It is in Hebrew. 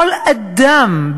כל אדם,